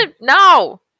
no